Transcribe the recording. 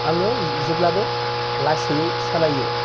आङो जेब्लाबो लासैयै सालायो